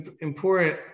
important